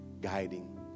Guiding